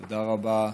תודה רבה.